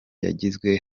yagizwe